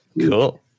Cool